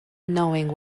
knowing